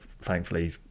thankfully